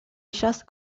ellas